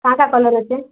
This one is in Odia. କାଁ କାଁ କଲର୍ ଅଛେ